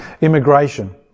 Immigration